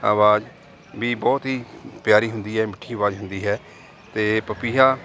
ਆਵਾਜ਼ ਵੀ ਬਹੁਤ ਹੀ ਪਿਆਰੀ ਹੁੰਦੀ ਹੈ ਮਿੱਠੀ ਅਵਾਜ਼ ਹੁੰਦੀ ਹੈ ਅਤੇ ਪਪੀਹਾ